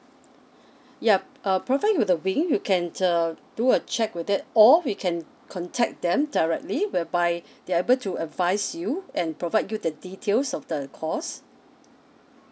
yup uh provide you with the link you can just uh do a check with that all we can contact them directly whereby they are able to advise you and provide you the details of the course